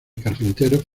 carpinteros